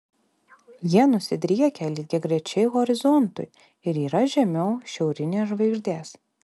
jie nusidriekę lygiagrečiai horizontui ir yra žemiau šiaurinės žvaigždės